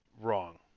wrong